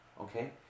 Okay